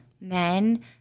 men